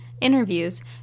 interviews